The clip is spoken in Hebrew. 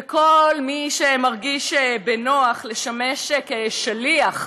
וכל מי שמרגיש בנוח לשמש כשליח,